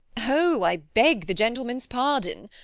oh! i beg the gentleman's pardon.